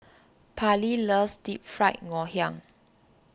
Parley loves Deep Fried Ngoh Hiang